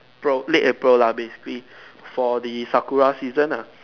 April late April lah basically for the sakura season lah